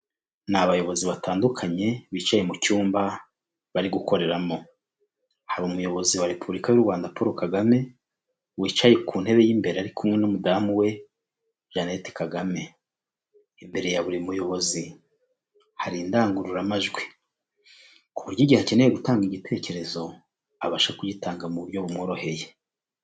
Ni abayobozi batandukanye bicaye mu cyumba bari gukoreramo hari umuyobozi wa repubulika y'u Rwanda Paul Kagame, wicaye ku ntebe y'imbere ari kumwe n'umudamu we jeannette kagame imbere ya buri muyobozi, hari indangururamajwi, ku buryo igihe akeneyewe gutanga igitekerezo abasha kuyitanga mu buryo buboroheye.